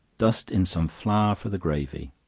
dust in some flour for the gravy.